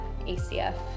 ACF